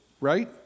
right